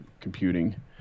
computing